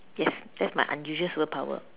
yes that's my unusual superpower